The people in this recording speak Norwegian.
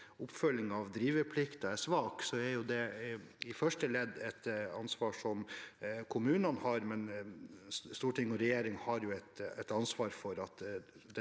oppfølgingen av driveplikten er svak, er dette i første ledd et ansvar som kommunene har, men storting og regjering har jo et ansvar for at